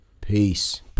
Peace